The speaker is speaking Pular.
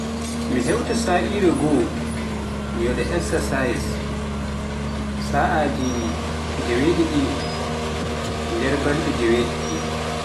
mi hewta sa'are goo mi waɗa eksasais, sa'aji jeewe ɗiɗi e nder balɗe jeewe ɗiɗi.